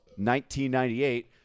1998